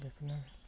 बेखौनो